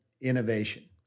innovation